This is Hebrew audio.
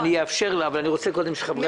אאפשר לה, אבל אני רוצה קודם שחברי הכנסת יסיימו.